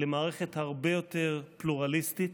למערכת הרבה יותר פלורליסטית,